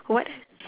what